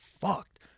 fucked